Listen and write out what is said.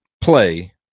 play